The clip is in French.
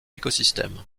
écosystème